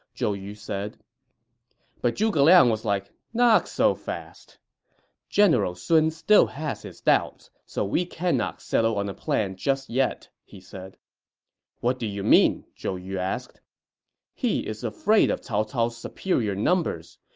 zhou yu said but zhuge liang was like, not so fast general sun still has his doubts, so we cannot settle on a plan yet, he said what do you mean? zhou yu asked he is afraid of cao cao's superior numbers.